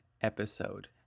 episode